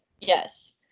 Yes